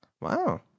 Wow